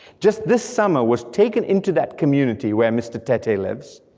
just this summer was taken into that community, where mr. tete lives,